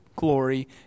glory